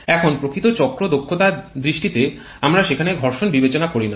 এখন প্রকৃত চক্র দক্ষতার দৃষ্টিতে আমরা সেখানে ঘর্ষণ বিবেচনা করি না